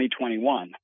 2021